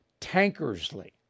Tankersley